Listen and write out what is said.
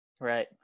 Right